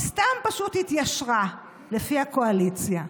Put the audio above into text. היא סתם פשוט התיישרה לפי הקואליציה.